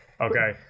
okay